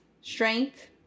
strength